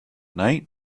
night